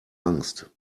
angst